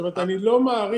זאת אומרת אני לא מעריך